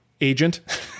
agent